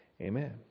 Amen